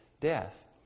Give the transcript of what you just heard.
death